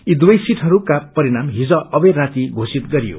यीदुवै सिटहरूका परिणाम हिज अबेर राती घोषित गरियो